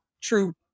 true